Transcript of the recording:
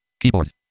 Keyboard